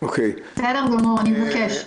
בסדר גמור, אני אבקש.